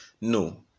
No